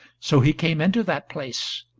so he came into that place,